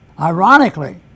Ironically